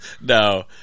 No